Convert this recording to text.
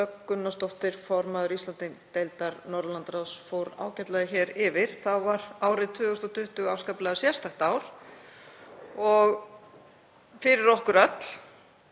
Gunnarsdóttir, formaður Íslandsdeildar Norðurlandaráðs, fór ágætlega yfir var árið 2020 afskaplega sérstakt ár og fyrir okkur öll.